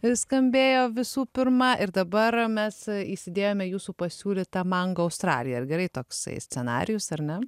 ir skambėjo visų pirma ir dabar mes įsidėjome jūsų pasiūlytą mango australija ar gerai toksai scenarijus ar ne